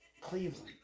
Cleveland